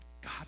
God